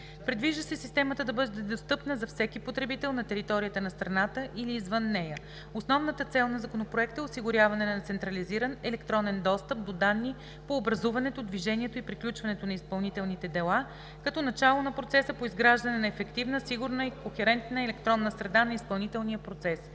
Предвижда се системата да бъде достъпна за всеки потребител на територията на страната или извън нея. Основната цел на Законопроекта е осигуряване на централизиран електронен достъп до данни по образуването, движението и приключването на изпълнителните дела като начало на процеса по изграждане на ефективна, сигурна и кохерентна електронна среда на изпълнителния процес.